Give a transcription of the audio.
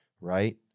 right